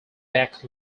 back